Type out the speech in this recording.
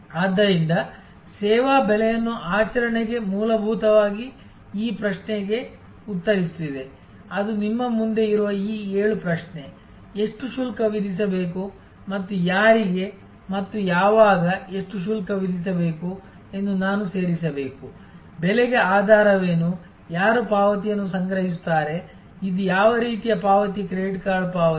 ಆದ್ದರಿಂದ ಸೇವಾ ಬೆಲೆಯನ್ನು ಆಚರಣೆಗೆಮೂಲಭೂತವಾಗಿ ಈ ಪ್ರಶ್ನೆಗೆ ಉತ್ತರಿಸುತ್ತಿದೆ ಅದು ನಿಮ್ಮ ಮುಂದೆ ಇರುವ ಈ ಏಳು ಪ್ರಶ್ನೆ ಎಷ್ಟು ಶುಲ್ಕ ವಿಧಿಸಬೇಕು ಮತ್ತು ಯಾರಿಗೆ ಮತ್ತು ಯಾವಾಗ ಎಷ್ಟು ಶುಲ್ಕ ವಿಧಿಸಬೇಕು ಎಂದು ನಾನು ಸೇರಿಸಬೇಕು ಬೆಲೆಗೆ ಆಧಾರವೇನು ಯಾರು ಪಾವತಿಯನ್ನು ಸಂಗ್ರಹಿಸುತ್ತಾರೆ ಇದು ಯಾವ ರೀತಿಯ ಪಾವತಿ ಕ್ರೆಡಿಟ್ ಕಾರ್ಡ್ ಪಾವತಿ